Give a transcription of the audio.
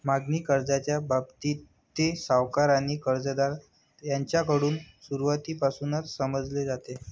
मागणी कर्जाच्या बाबतीत, ते सावकार आणि कर्जदार यांच्याकडून सुरुवातीपासूनच समजले जाते